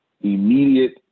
immediate